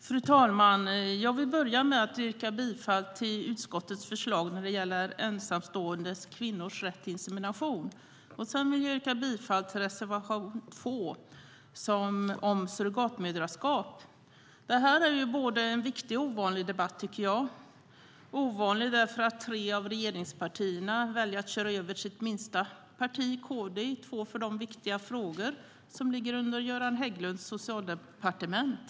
Fru talman! Jag vill börja med att yrka bifall till utskottets förslag när det gäller ensamstående kvinnors rätt till insemination. Dessutom vill jag yrka bifall till reservation 2 om surrogatmoderskap. Jag tycker att detta är en viktig och ovanlig debatt. Den är ovanlig därför att tre av regeringspartierna väljer att köra över det minsta partiet, KD, i två för dem viktiga frågor som ligger under Göran Hägglunds socialdepartement.